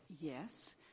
Yes